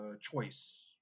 choice